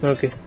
Okay